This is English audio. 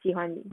喜欢你